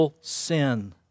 sin